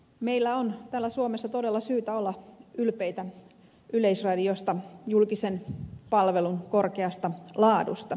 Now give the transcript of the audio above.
meillä on täällä suomessa todella syytä olla ylpeitä yleisradiosta julkisen palvelun korkeasta laadusta